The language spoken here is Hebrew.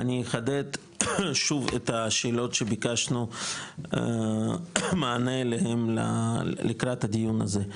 אני אחדד שוב את השאלות שביקשנו מענה עליהם לקראת הדיון הזה.